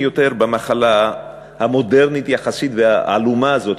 יותר במחלה המודרנית יחסית והעלומה הזאת,